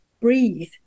breathe